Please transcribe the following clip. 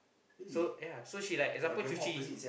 so ya so she like example fifty